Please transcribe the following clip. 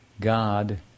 God